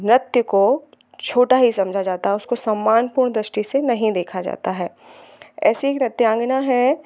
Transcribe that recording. नृत्य को छोटा ही समझा जाता है उसको सम्मानपूर्ण दृष्टि से नहीं देखा जाता है ऐसे ही नृत्यांगना है